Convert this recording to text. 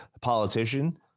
politician